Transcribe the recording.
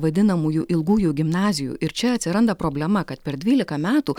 vadinamųjų ilgųjų gimnazijų ir čia atsiranda problema kad per dvylika metų